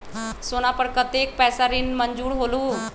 सोना पर कतेक पैसा ऋण मंजूर होलहु?